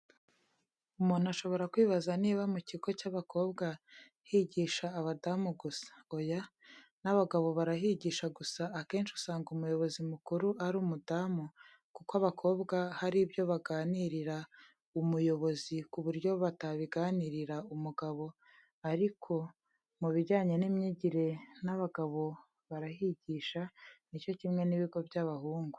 Umuntu ashobora kwibaza niba mu kigo cy'abakobwa higisha abadamu gusa. Oya, n'abagabo barahigisha gusa akenshi usanga umuyobozi mukuru ari umudamu kuko abakobwa hari ibyo baganirira umuyobozi ku buryo batabiganirira umugabo ariko mubijyanye n'imyigire n'abagabo barahigisha ni cyo kimwe n'ibigo by'abahungu.